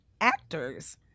actors